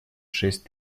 шесть